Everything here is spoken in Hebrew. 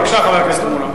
בבקשה, חבר הכנסת מולה.